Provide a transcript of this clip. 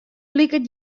liket